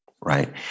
right